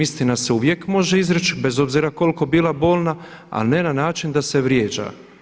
Istina se uvijek može izreći bez obzira koliko bila bolna, ali ne na način da se vrijeđa.